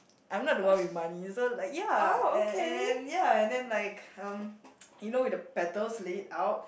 I'm not the one with money so like ya and and and ya and then like um you know with the petals laid out